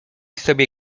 sobie